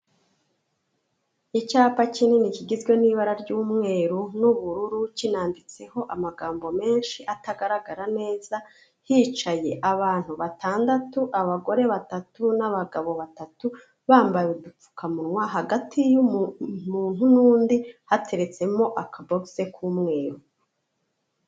Icyapa kinini kigizwe n'ibara ry'umweru n'ubururu kinanditseho amagambo menshi atagaragara neza, hicaye abantu batandatu abagore batatu n'abagabo batatu, bambaye udupfukamunwa hagati y'umuntu n'undi hateretsemo akabogise k'umweru.